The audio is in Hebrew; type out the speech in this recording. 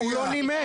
הוא לא נימק.